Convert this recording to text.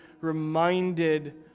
reminded